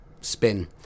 spin